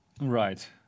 right